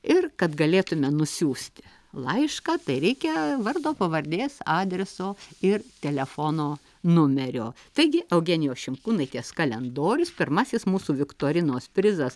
ir kad galėtume nusiųsti laišką tai reikia vardo pavardės adreso ir telefono numerio taigi eugenijos šimkūnaitės kalendorius pirmasis mūsų viktorinos prizas